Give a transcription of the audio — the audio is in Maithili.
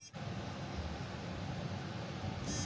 माल जाल राखय के जोगाड़ छौ की नै